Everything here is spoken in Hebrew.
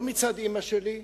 לא מצד אמא שלי,